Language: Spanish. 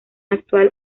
actual